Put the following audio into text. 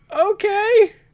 okay